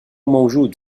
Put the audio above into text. موجود